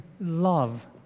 love